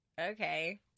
okay